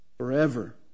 Forever